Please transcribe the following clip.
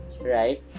right